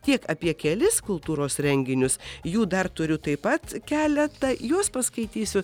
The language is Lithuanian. tiek apie kelis kultūros renginius jų dar turiu taip pat keletą juos paskaitysiu